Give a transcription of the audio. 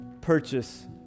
purchase